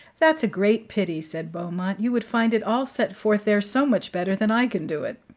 that's a great pity, said beaumont. you would find it all set forth there so much better than i can do it.